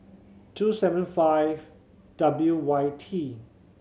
two seven five W Y T